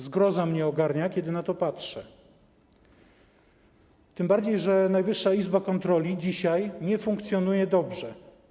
Zgroza mnie ogarnia, kiedy na to patrzę, tym bardziej że Najwyższa Izba Kontroli nie funkcjonuje dzisiaj dobrze.